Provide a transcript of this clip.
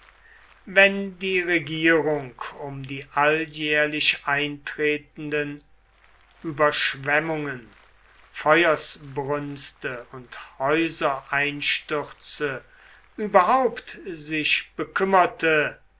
wenn die regierung um die alljährlich eintretenden überschwemmungen feuersbrünste und häusereinstürze überhaupt sich bekümmerte